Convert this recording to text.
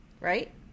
right